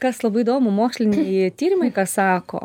kas labai įdomu moksliniai tyrimai ką sako